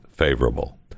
Favorable